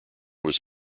was